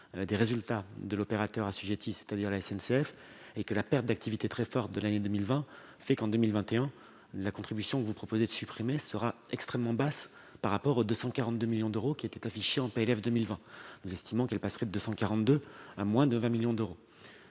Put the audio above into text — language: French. des résultats de l'opérateur assujetti, c'est-à-dire la SNCF. Or, du fait de la perte d'activité très forte de l'année 2020, en 2021, la contribution que vous proposez de supprimer sera extrêmement basse par rapport aux 242 millions d'euros affichés dans le projet de loi de finances pour 2020. Nous estimons qu'elle passerait de 242 millions à moins de 20 millions d'euros.